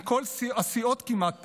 מכל הסיעות כמעט,